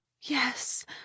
yes